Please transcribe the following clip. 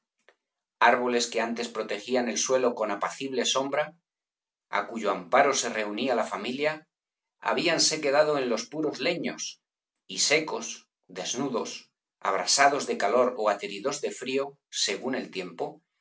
arboles que antes protegían el suelo con apacible sombra á cuyo amparo se reunía la familia habíanse quedado en los puros leños y secos desnudos abrasados de calor ó ateridos de frío según el tiempo